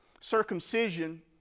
circumcision